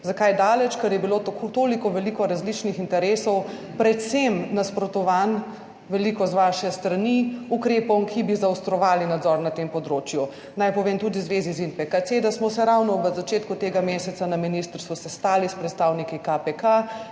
Zakaj daleč? Ker je bilo toliko veliko različnih interesov, predvsem nasprotovanj, veliko z vaše strani ukrepom, ki bi zaostrovali nadzor na tem področju. Naj povem tudi v zvezi ZIntPK-C, da smo se ravno v začetku tega meseca na ministrstvu sestali s predstavniki KPK